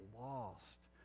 lost